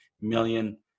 million